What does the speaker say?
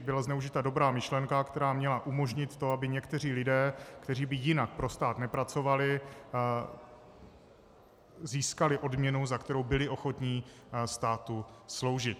Byla zneužita dobrá myšlenka, která měla umožnit to, aby někteří lidé, kteří by jinak pro stát nepracovali, získali odměnu, za kterou byli ochotní státu sloužit.